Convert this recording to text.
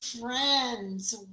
friends